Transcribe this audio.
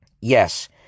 Yes